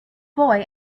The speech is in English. boy